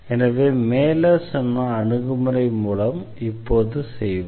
எனவே மேலே சொன்ன அணுகுமுறை மூலம் இப்போது செய்வோம்